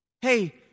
Hey